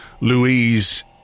Louise